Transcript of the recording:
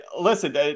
Listen